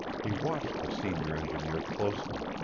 he watched the senior engineer closely.